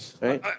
right